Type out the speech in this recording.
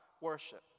worship